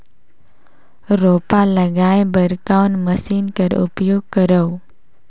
रोपा लगाय बर कोन मशीन कर उपयोग करव?